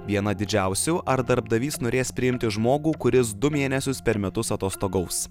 viena didžiausių ar darbdavys norės priimti žmogų kuris du mėnesius per metus atostogaus